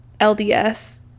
LDS